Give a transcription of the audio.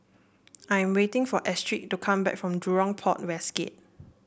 I am waiting for Astrid to come back from Jurong Port West Gate